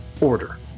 order